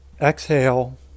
exhale